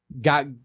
Got